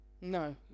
No